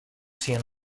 cien